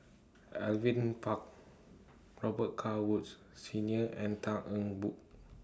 Alvin Pang Robet Carr Woods Senior and Tan Eng Bock